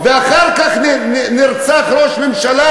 ואחר כך נרצח ראש ממשלה?